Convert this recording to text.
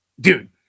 Dude